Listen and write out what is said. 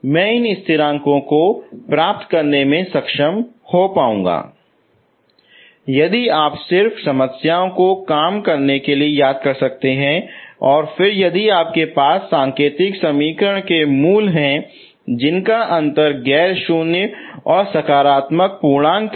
मैं इन स्थिरांक को प्राप्त करने में सक्षम हो जाऊंगा यदि आप सिर्फ समस्याओं को काम करने के लिए याद कर सकते हैं और फिर यदि आपके पास सांकेतिक समीकरण के मूल हैं जिनका अंतर गैर शून्य और सकारात्मक पूर्णांक है